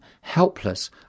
helpless